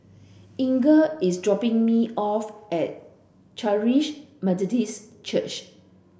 Inger is dropping me off at Charis Methodist Church